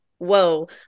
whoa